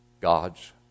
God's